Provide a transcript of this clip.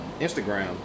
Instagram